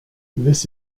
this